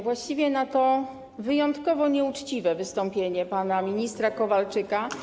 Właściwie na to wyjątkowo nieuczciwe wystąpienie pana ministra Kowalczyka.